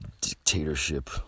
dictatorship